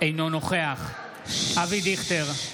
אינו נוכח אבי דיכטר,